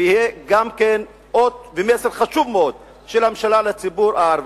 ויהיה גם מסר חשוב מאוד של הממשלה לציבור הערבי.